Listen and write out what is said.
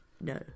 No